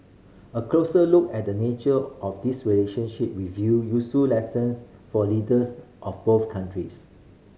a closer look at the nature of this relationship reveal useful lessons for leaders of both countries